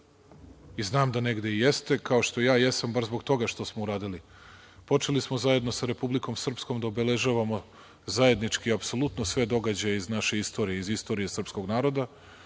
i znam da negde i jeste, kao što ja jesam, baš zbog toga što smo uradili. Počeli smo zajedno sa Republikom Srpskom da obeležavamo zajednički apsolutno sve događaje iz naše istorije, iz istorije srpskog naroda.